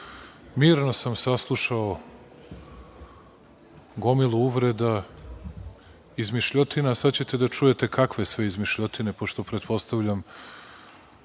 drugo. Mirno sam saslušao gomilu uvreda, izmišljotina, a sada ćete da čujete kakve sve izmišljotine, pošto pretpostavljam